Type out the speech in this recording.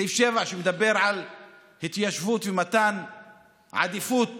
סעיף 7 מדבר על מתן עדיפות